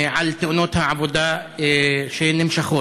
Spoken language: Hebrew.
על תאונות העבודה שנמשכות